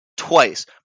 Twice